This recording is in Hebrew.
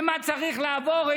מה צריך לעבור,